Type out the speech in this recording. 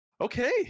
Okay